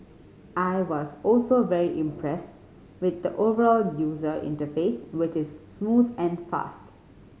I was also very impressed with the overall user interface which is smooth and fast